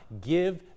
give